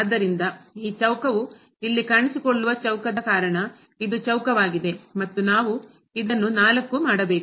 ಆದ್ದರಿಂದ ಈ ಚೌಕ ವು ಇಲ್ಲಿ ಕಾಣಿಸಿಕೊಳ್ಳುವ ಚೌಕ ದ ಕಾರಣ ಇದು ಚೌಕ ವಾಗಿದೆ ಮತ್ತು ನಾವು ಇದನ್ನು 4 ಮಾಡಬೇಕು